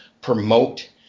promote